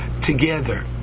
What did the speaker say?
together